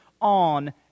on